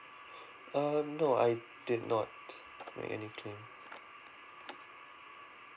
uh no I did not make any claim